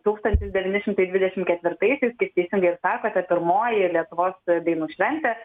tūkstantis devyni šimtai dvidešimt ketvirtaisiais kaip teisingai sakote pirmoji lietuvos dainų šventė